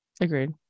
Agreed